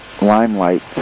limelight